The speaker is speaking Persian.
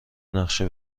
نقشه